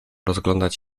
rozglądać